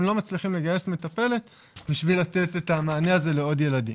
הם לא מצליחים לגייס מטפלת בשביל לתת את המענה הזה לעוד ילדים.